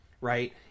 right